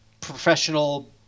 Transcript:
professional